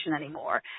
anymore